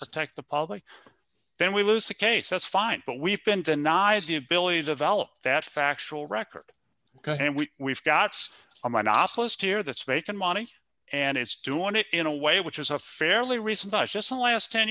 protect the public then we lose the case that's fine but we've been denied the ability to value that factual record and we we've got a monopolist here that's making money and it's doing it in a way which is a fairly recent us just the last ten